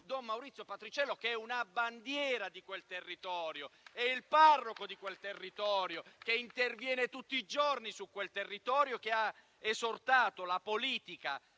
don Maurizio Patriciello, che è una bandiera di quel territorio, è il parroco che interviene tutti i giorni su quel territorio e che ha esortato la politica